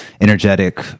energetic